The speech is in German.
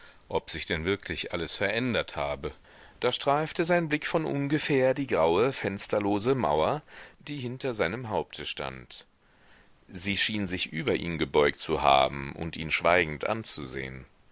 ob sich denn wirklich alles verändert habe da streifte sein blick von ungefähr die graue fensterlose mauer die hinter seinem haupte stand sie schien sich über ihn gebeugt zu haben und ihn schweigend anzusehen